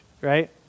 right